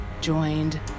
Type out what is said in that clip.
joined